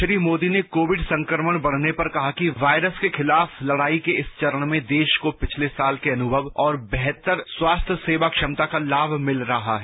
श्री मोदी ने कोविड संक्रमण बढ़ने पर कहा कि वायरस के खिलाफ लड़ाई के इस चरण में देश को पिछले साल के अनुभव और बेहतर स्वास्थ्य सेवा क्षमता का लाभ मिल रहा है